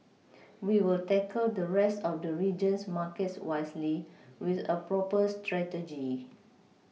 we will tackle the rest of the region's markets wisely with a proper strategy